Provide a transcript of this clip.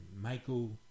Michael